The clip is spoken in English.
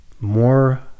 more